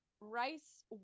rice